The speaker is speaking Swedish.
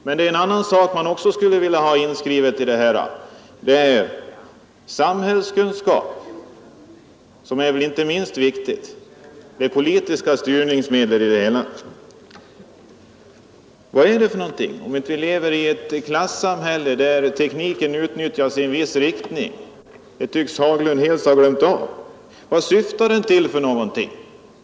Men det bör också hänvisas till något annat i detta sammanhang, nämligen till samhällskunskapen, som väl inte är det minst viktiga. Här kommer de politiska styrningsmedlen in. Vad lever vi i, om inte i ett klassamhälle, där tekniken utnyttjas i en viss riktning? Det tycks herr Haglund ha glömt bort.